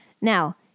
Now